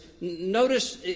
notice